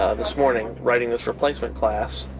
ah this morning writing this replacement class.